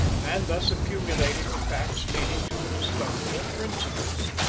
and thus accumulating the facts leading to the discovery of principles.